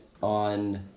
on